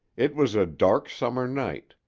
it was a dark summer night,